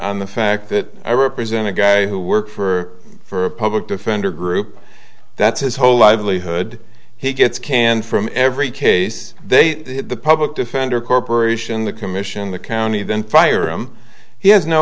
on the fact that i represent a guy who works for for a public defender group that's his whole livelihood he gets canned from every case they the public defender corporation the commission the county then fire him he has no